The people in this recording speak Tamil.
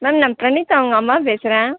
மேம் நான் பிரணித்தா அவங்க அம்மா பேசுகிறேன்